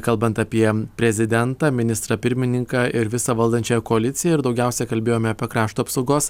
kalbant apie prezidentą ministrą pirmininką ir visą valdančiąją koaliciją ir daugiausia kalbėjome apie krašto apsaugos